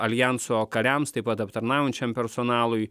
aljanso kariams taip pat aptarnaujančiam personalui